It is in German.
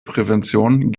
prävention